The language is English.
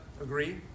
agree